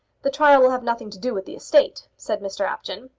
the trial will have nothing to do with the estate, said mr apjohn.